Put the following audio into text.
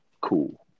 cool